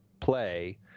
play